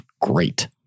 great